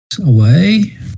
away